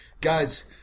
Guys